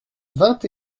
vingt